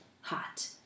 Hot